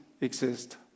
exist